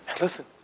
Listen